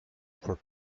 for